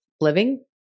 living